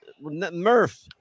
Murph